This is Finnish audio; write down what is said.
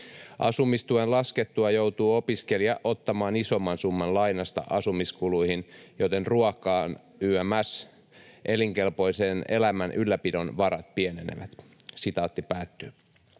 Asumistuen laskettua joutuu opiskelija ottamaan isomman summan lainasta asumiskuluihin, joten ruoan yms. elinkelpoisen elämän ylläpidon varat pienenevät.” ”Ensinnäkin